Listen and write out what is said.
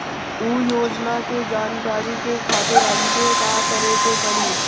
उ योजना के जानकारी के खातिर हमके का करे के पड़ी?